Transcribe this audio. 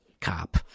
cop